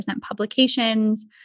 publications